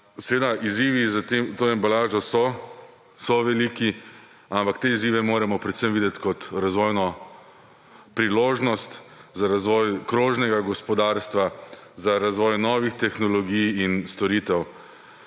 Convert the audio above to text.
in izzivi s to embalažo so veliki, ampak te izzive moramo predvsem videti kot razvojno priložnost, za razvoj krožnega gospodarstva, za razvoj novih tehnologij in storitev.